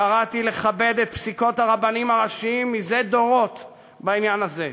קראתי לכבד את פסיקות הרבנים הראשיים מזה דורות בעניין הזה.